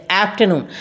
afternoon